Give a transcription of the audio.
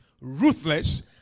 Ruthless